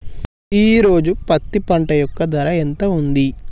ఈ రోజు పత్తి పంట యొక్క ధర ఎంత ఉంది?